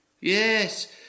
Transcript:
Yes